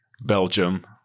Belgium